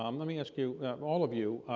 um let me ask you all of you,